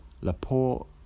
Laporte